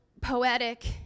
poetic